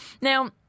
Now